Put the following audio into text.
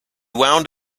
wound